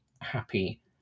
happy